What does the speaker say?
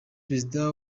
perezida